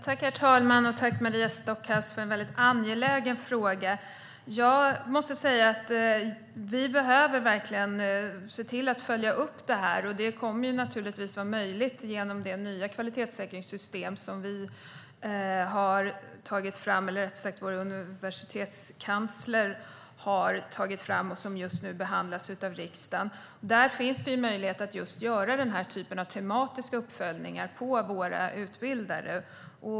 Herr talman! Tack, Maria Stockhaus, för en väldigt angelägen fråga! Vi behöver verkligen se till att följa upp detta. Det kommer naturligtvis att vara möjligt genom det nya kvalitetssäkringssystem som vi, eller rättare sagt vår universitetskansler, har tagit fram och som just nu behandlas av riksdagen. Där finns det möjlighet att göra tematiska uppföljningar av våra utbildare.